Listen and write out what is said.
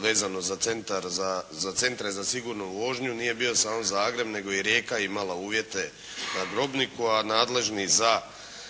vezano za centre za sigurnu vožnju nije bio samo Zagreb nego je i Rijeka imala uvjete na Drobniku, a nadležni za,